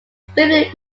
briefly